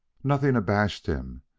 nothing abashed him,